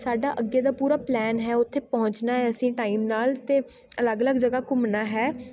ਸਾਡਾ ਅੱਗੇ ਦਾ ਪੂਰਾ ਪਲੈਨ ਹੈ ਉੱਥੇ ਪਹੁੰਚਣਾ ਏ ਅਸੀਂ ਟਾਈਮ ਨਾਲ 'ਤੇ ਅਲੱਗ ਅਲੱਗ ਜਗ੍ਹਾ ਘੁੰਮਣਾ ਹੈ